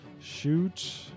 shoot